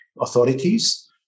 authorities